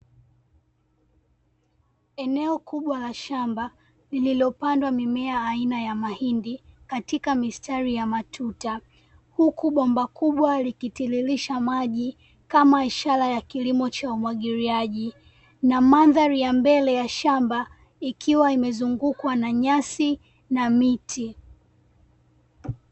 Eneo kubwa la shamba, lililopandwa mimea aina ya mahindi katika mistari ya matuta huku bomba kubwa likitiririsha maji kama ishara ya kilimo cha umwagiliaji na mandhari ya mbele ya shamba ikiwa imezungukwa na nyasi na miti.